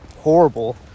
horrible